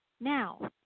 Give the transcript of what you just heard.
Now